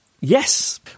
Yes